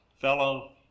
fellow